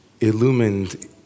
illumined